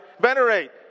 Venerate